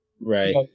Right